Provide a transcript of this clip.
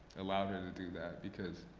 allowed her and to do that, because